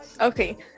okay